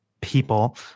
people